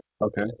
Okay